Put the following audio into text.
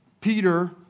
Peter